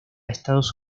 estados